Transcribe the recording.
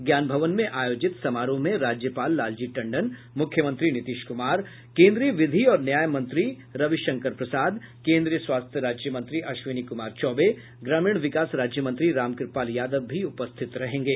ज्ञान भवन में आयोजित समारोह में राज्यपाल लालजी टंडन मुख्यमंत्री नीतीश कुमार केन्द्रीय विधि और न्याय मंत्री रविशंकर प्रसाद केन्द्रीय स्वास्थ्य राज्य मंत्री अश्विनी कृमार चौबे ग्रामीण विकास राज्य मंत्री रामकृपाल यादव भी उपस्थित रहेंगे